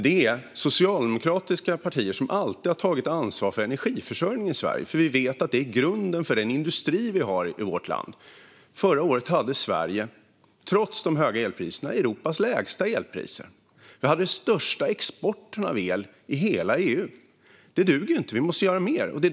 Det är socialdemokratiska regeringar som alltid har tagit ansvar för energiförsörjningen i Sverige. Vi vet att det är grunden för den industri vi har i vårt land. Förra året hade Sverige, trots de höga elpriserna, Europas lägsta elpriser. Vi hade den största exporten av el i hela EU. Det duger inte; vi måste göra mer.